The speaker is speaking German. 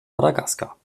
madagaskar